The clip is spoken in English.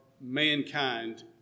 mankind